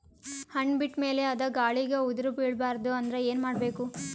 ಹಣ್ಣು ಬಿಟ್ಟ ಮೇಲೆ ಅದ ಗಾಳಿಗ ಉದರಿಬೀಳಬಾರದು ಅಂದ್ರ ಏನ ಮಾಡಬೇಕು?